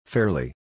Fairly